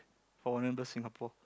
for Warner-Bros Singapore